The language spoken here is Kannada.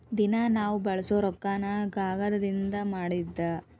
ದಿನಾ ನಾವ ಬಳಸು ರೊಕ್ಕಾನು ಕಾಗದದಿಂದನ ಮಾಡಿದ್ದ